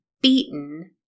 beaten